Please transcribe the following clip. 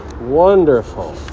wonderful